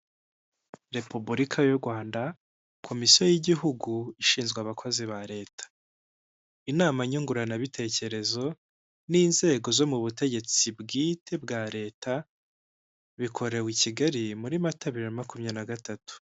Repubulika y'u Rwanda komisiyo y'igihugu ishinzwe abakozi ba leta, inama nyunguranabitekerezo n'inzego zo mu butegetsi bwite bwa leta, bikorewe i Kigali muri Mata bibiri na makumyabiri na gatatu.